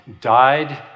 died